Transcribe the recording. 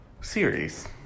series